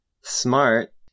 Smart